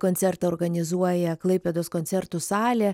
koncertą organizuoja klaipėdos koncertų salė